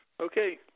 Okay